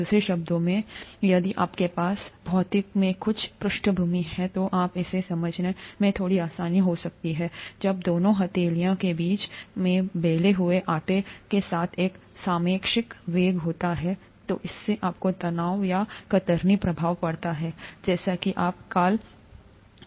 दूसरे शब्दों में यदि आपके पास भौतिकी में कुछ पृष्ठभूमि है तो आप इसे समझ थोड़ा और आसानी से सकते हैं जब दोनों हथेलियों के बीच में बैले हुए आटे के साथ एक सापेक्षिक वेग होता है तो इससे आपको तनाव या कतरनी प्रभाव पड़ता है जैसा कि आप कॉल कर सकते हैं